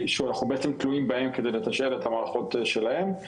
שאנחנו בעצם תלויים בהם כדי לתשאל את המערכות שלהם,